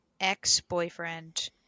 ex-boyfriend